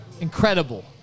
incredible